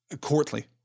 courtly